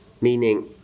Meaning